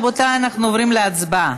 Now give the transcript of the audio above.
רבותיי, אנחנו עוברים להצבעה.